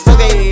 Okay